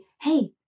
hey